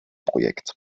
projekt